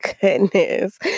goodness